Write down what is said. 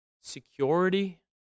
security